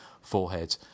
forehead